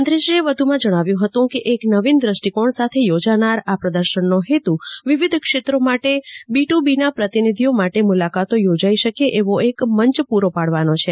મંત્રીશ્રીએ વધ્માં જણાવ્યું હતું કે એક નવીન દ્રષ્ટિકોણ સાથે ચોજાનાર આ પ્રદર્શનનો હેતું વિવિદ્ય ક્ષેત્રો માટે બી ટ્ બીના પ્રતિનિધિઓ માટે મૂલાકાતો યોજાઈ શકે એવો એક મંચ પ્રરો પાડવાનો છે